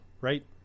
right